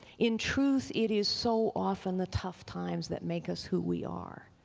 in truth it is so often the tough times that make us who we are.